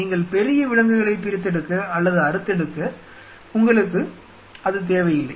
நீங்கள் பெரிய விலங்குகளைப் பிரித்தெடுக்க அல்லது அறுத்தெடுக்க உங்களுக்கு அது தேவையில்லை